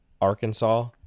Arkansas